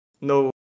no